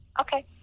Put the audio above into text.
Okay